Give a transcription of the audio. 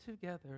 together